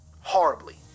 horribly